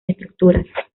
estructuras